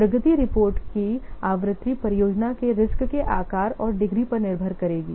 प्रगति report की आवृत्ति परियोजना के रिस्क के आकार और डिग्री पर निर्भर करेगी